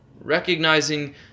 recognizing